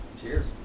Cheers